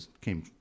came